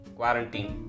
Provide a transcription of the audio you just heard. quarantine